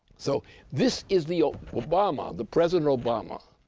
so this is the obama, the president obama